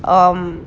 um